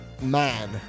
man